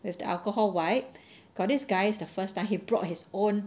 with the alcohol wipe got this guy it's the first time he brought his own